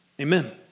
Amen